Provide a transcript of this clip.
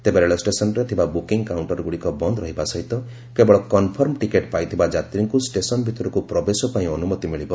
ତେବେ ରେଳଷ୍ଟେସନ୍ରେ ଥିବା ବୁକିଂ କାଉଣ୍ଟରଗୁଡ଼ିକ ବନ୍ଦ ରହିବା ସହିତ କେବଳ କନଫର୍ମ ଟିକେଟ୍ ପାଇଥିବା ଯାତ୍ରୀଙ୍କୁ ଷ୍ଟେସନ୍ ଭିତରକୁ ପ୍ରବେଶ ପାଇଁ ଅନୁମତି ମିଳିବ